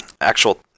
actual